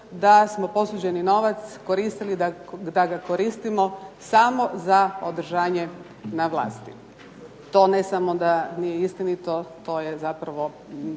da smo posuđeni novac koristili, da ga koristimo samo za održanje na vlasti. To ne samo da nije istinito, to je zapravo